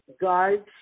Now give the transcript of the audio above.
guides